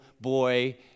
boy